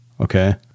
okay